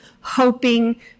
hoping